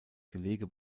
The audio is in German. gelege